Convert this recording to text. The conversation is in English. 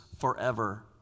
forever